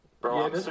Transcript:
Bro